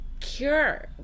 cure